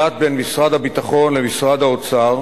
הוחלט בין משרד הביטחון למשרד האוצר